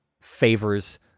favors